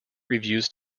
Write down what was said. reviews